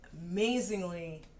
amazingly